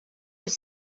have